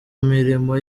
mirimo